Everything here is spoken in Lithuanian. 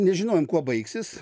nežinojom kuo baigsis